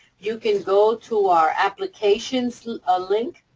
you can go to our applications ah link.